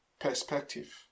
perspective